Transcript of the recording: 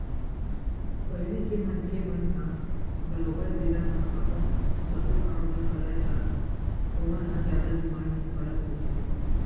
पहिली के मनखे मन ह बरोबर बेरा म अपन सब्बो काम ल करय ता ओमन ह जादा बीमार नइ पड़त रिहिस हे